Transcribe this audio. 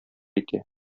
итә